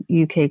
UK